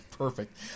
Perfect